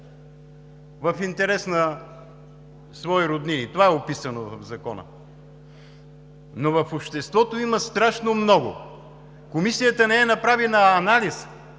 в интерес на свои роднини – това е описано в Закона. Но в обществото има страшно много. Комисията не е направила анализ